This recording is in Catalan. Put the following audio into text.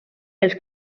els